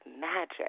magic